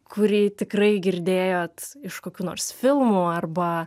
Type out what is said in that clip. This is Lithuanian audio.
kurį tikrai girdėjot iš kokių nors filmų arba